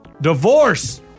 Divorce